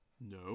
No